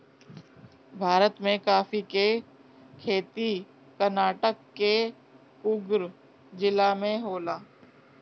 भारत में काफी के खेती कर्नाटक के कुर्ग जिला में होला